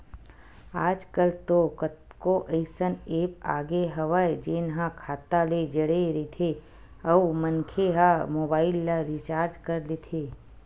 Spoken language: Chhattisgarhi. आजकल तो कतको अइसन ऐप आगे हवय जेन ह खाता ले जड़े रहिथे अउ मनखे ह मोबाईल ल रिचार्ज कर लेथे